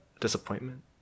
disappointment